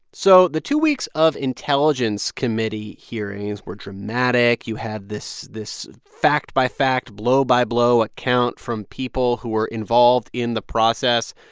so the two weeks of intelligence committee hearings were dramatic. you had this this fact-by-fact, blow-by-blow account from people who were involved in the process.